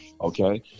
okay